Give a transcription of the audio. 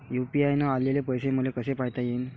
UPI न आलेले पैसे मले कसे पायता येईन?